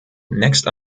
next